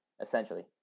essentially